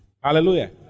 Hallelujah